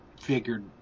figured